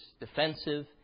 defensive